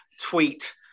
tweet